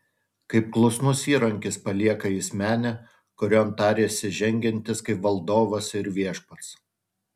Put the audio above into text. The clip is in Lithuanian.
kaip klusnus įrankis palieka jis menę kurion tarėsi žengiantis kaip valdovas ir viešpats